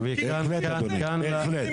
נתלים